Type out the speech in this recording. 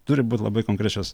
turi būt labai konkrečios